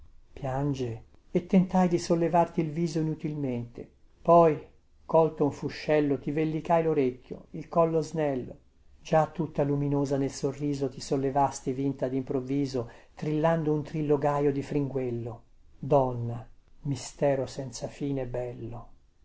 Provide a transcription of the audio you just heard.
piange e tentai di sollevarti il viso inutilmente poi colto un fuscello ti vellicai lorecchio il collo snello già tutta luminosa nel sorriso ti sollevasti vinta dimprovviso trillando un trillo gaio di fringuello donna mistero senza fine bello